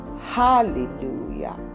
Hallelujah